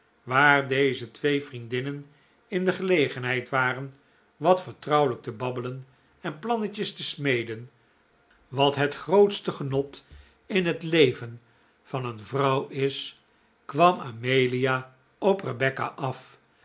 waar deze twee vriendinnen in de gelegenheid waren wat vertrouwelijk te babbelen en plannetjes te smeden wat het grootste genot in het leven van een vrouw is kwam amelia op rebecca af